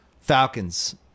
Falcons